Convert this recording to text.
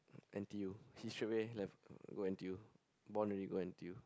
N_T_U he straightaway left go N_T_U bond already go N_T_U